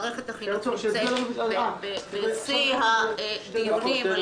מערכת החינוך נמצאת בשיא הדיונים על